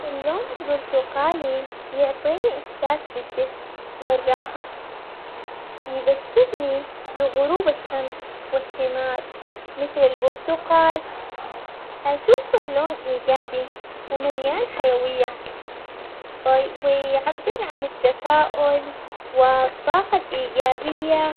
اللون البرتقالي يعطيني إحساس بالدفء والراحة، يذكرني بغروب الشمس والثمار مثل البرتقال، أشوفه لون إيجابي ومليان حيوية وي- ويعبر عن التفاؤل والطاقة الإيجابية.